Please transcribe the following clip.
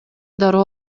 дароо